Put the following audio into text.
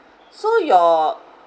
so your